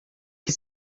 que